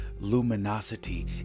luminosity